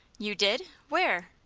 you did! where?